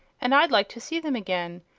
and i'd like to see them again,